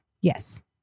Yes